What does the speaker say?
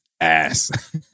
ass